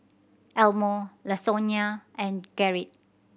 Elmore Lasonya and Gerrit